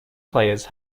players